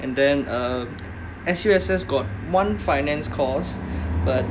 and then uh S_U_S_S got one finance costs but